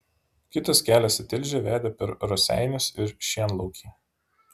kitas kelias į tilžę vedė per raseinius ir šienlaukį